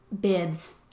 bids